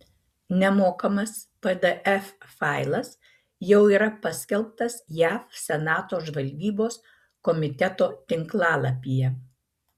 nemokamas pdf failas jau yra paskelbtas jav senato žvalgybos komiteto tinklalapyje